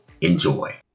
Enjoy